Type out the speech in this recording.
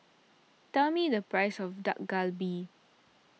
tell me the price of Dak Galbi